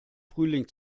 frühling